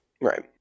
right